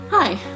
Hi